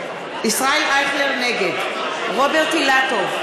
אייכלר, נגד רוברט אילטוב,